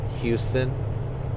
Houston